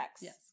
yes